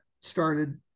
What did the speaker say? started